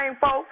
folks